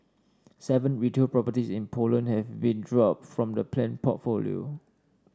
seven retail properties in Poland have been dropped from the planned portfolio